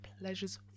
pleasures